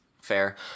fair